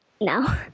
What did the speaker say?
no